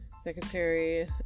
Secretary